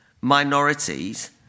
minorities